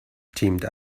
teamed